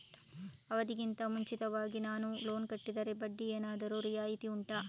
ಅವಧಿ ಗಿಂತ ಮುಂಚಿತವಾಗಿ ನಾನು ಲೋನ್ ಕಟ್ಟಿದರೆ ಬಡ್ಡಿ ಏನಾದರೂ ರಿಯಾಯಿತಿ ಉಂಟಾ